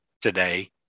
today